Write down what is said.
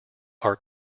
are